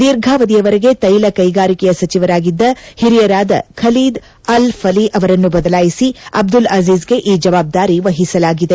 ದೀರ್ಘಾವಧಿಯ ವರೆಗೆ ತೈಲ ಕೈಗಾರಿಕೆಯ ಸಚಿವರಾಗಿದ್ದ ಹಿರಿಯರಾದ ಖಲೀದ್ ಅಲ್ ಫಲಿ ಅವರನ್ನು ಬದಲಾಯಿಸಿ ಅಬ್ದುಲ್ ಆಜೀಜ್ಗೆ ಈ ಜವಾಬ್ದಾರಿ ವಹಿಸಲಾಗಿದೆ